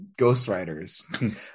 ghostwriters